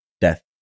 death